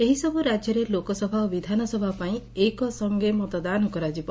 ଏହିସବୁ ରାଜ୍ୟରେ ଲୋକସଭା ଓ ବିଧାନସଭା ପାଇଁ ଏକସଙେ ମତଦାନ କରାଯିବ